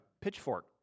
pitchfork